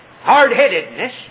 hard-headedness